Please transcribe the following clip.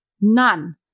none